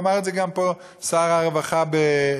ואמר את זה פה גם שר הרווחה כץ,